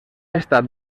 estat